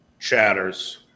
chatters